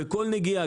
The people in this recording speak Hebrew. בכל נגיעה,